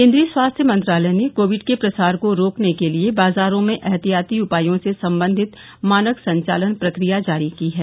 केन्द्रीय स्वास्थ्य मंत्रालय ने कोविड के प्रसार को रोकने के लिए बाजारों में ऐहतियाती उपायों से संबंधित मानक संचालन प्रक्रिया जारी की हैं